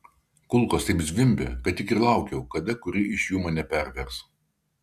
kulkos taip zvimbė kad tik ir laukiau kada kuri iš jų mane pervers